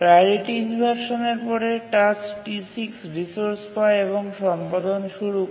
priority ইনভারসানের পরে task T6 resource পায় এবং সম্পাদন শুরু করে